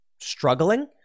struggling